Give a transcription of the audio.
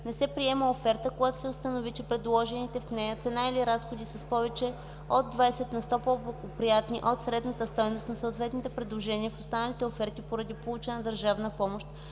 Не се приема оферта, когато се установи, че предложените в нея цена или разходи са с повече от 20 на сто по благоприятни от средната стойност на съответните предложения в останалите оферти поради получена държавна помощ,